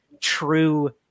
true